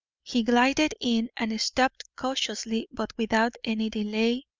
he glided in and stepped cautiously, but without any delay,